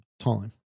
time